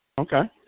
Okay